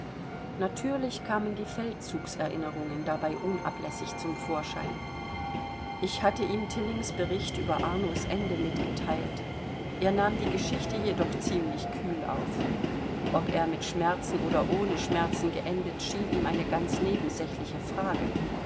natürlich kamen die feldzugserinnerungen dabei unablässig zum vorschein ich hatte ihm tillings bericht über arnos ende mitgeteilt er nahm die geschichte jedoch ziemlich kühl auf ob einer mit schmerzen oder ohne schmerzen geendet schien ihm eine ganz nebensächliche frage